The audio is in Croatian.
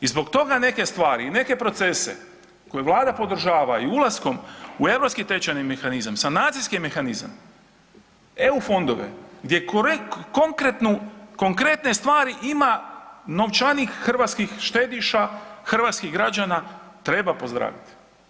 I zbog toga neke stvari i neke procese koje Vlada podržava i ulaskom u europski tečajni mehanizam, sanacijski mehanizam, eu fondove gdje konkretne stvari ima novčanik hrvatskih štediša, hrvatskih građana treba pozdraviti.